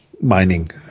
mining